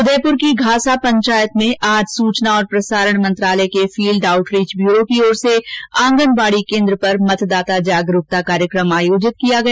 उदयपुर की घासापंचायत में आज सूचना और प्रसारण मंत्रालय के फील्ड आउटरीच ब्यूरो द्वारा आज आंगनवाड़ी केन्द्र पर मतदाता जागरूकता कार्यक्रम आयोजित किया गया